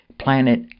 planet